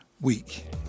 week